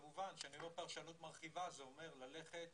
כמובן, כשאני אומר פרשנות מרחיבה, זה אומר ללכת